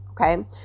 Okay